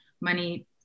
money